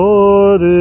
Lord